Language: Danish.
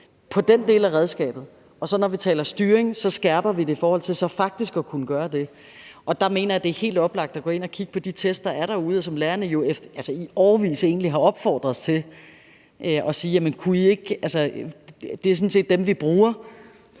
på den del af redskabet, og når vi taler styring, skærper vi det i forhold til faktisk at kunne gøre det. Der mener jeg, det er helt oplagt at gå ind og kigge på de test, der er derude – noget, som lærerne jo i årevis egentlig har opfordret os til at gøre. De siger: Det er sådan set dem, vi bruger,